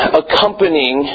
accompanying